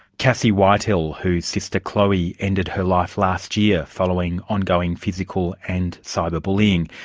cassie whitehill, whose sister chloe ended her life last year following ongoing physical and cyber bullying.